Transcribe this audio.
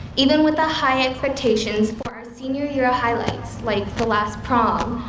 even with the high expectations for our senior year highlights, like the last prom,